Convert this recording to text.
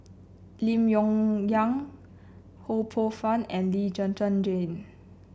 Lim Yong Liang Ho Poh Fun and Lee Zhen Zhen Jane